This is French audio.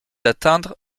atteindre